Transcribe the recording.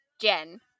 Jen